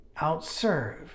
out-serve